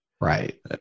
Right